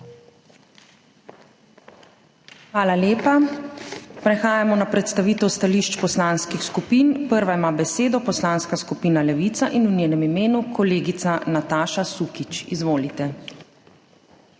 Hvala lepa. Prehajamo na predstavitev stališč poslanskih skupin. Prva ima besedo Poslanska skupina Levica in v njenem imenu kolegica Nataša Sukič. Izvolite.